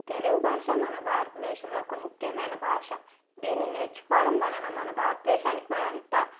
తెలుగు భాష మన భారత దేశంలో ఒక ముఖ్యమైన భాష దీన్ని నేర్చుకోవడం వలన భారతదేశానికి మరింత